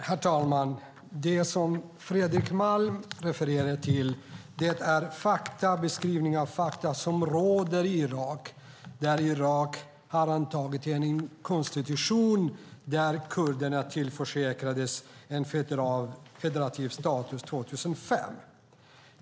Herr talman! Det som Fredrik Malm refererar till är en beskrivning av fakta som råder i Irak där Irak har antagit en konstitution där kurderna tillförsäkrades en federativ status 2005.